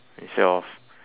instead of